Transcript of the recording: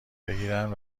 بگیرن